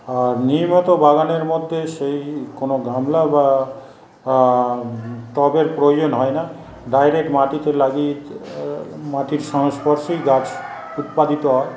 আর নিয়মিত বাগানের মধ্যে সেই কোন গামলা বা টবের প্রয়োজন হয় না ডাইরেক্ট মাটিতে লাগি মাটির সংস্পর্শেই গাছ উৎপাদিত হয়